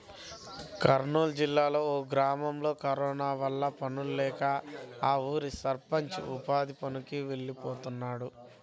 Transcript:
కర్నూలు జిల్లాలో ఒక గ్రామంలో కరోనా వల్ల పనుల్లేక ఆ ఊరి సర్పంచ్ ఉపాధి పనులకి పోతున్నాడు